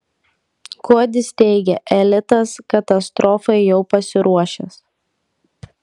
kuodis teigia elitas katastrofai jau pasiruošęs